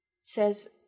says